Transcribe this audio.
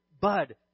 bud